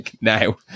now